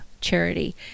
charity